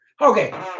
Okay